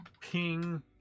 ping